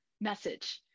message